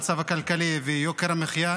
במצב הכלכלי ויוקר המחיה.